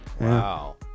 wow